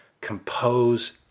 Compose